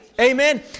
Amen